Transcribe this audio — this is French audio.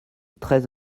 treize